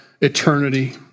eternity